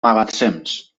magatzems